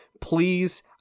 Please